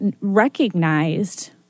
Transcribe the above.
recognized